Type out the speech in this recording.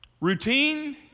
routine